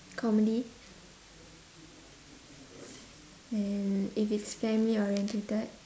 comedy and if it's family oriented